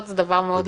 כן.